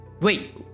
Wait